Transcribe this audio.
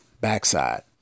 backside